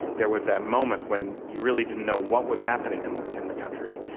there was that moment when you really didn't know what was happening in in the country,